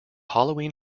halloween